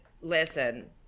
listen